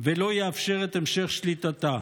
ולא יאפשר את המשך שליטתה.